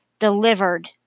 delivered